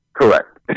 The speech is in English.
Correct